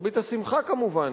למרבה השמחה כמובן,